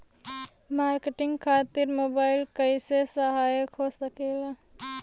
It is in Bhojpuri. मार्केटिंग खातिर मोबाइल कइसे सहायक हो सकेला?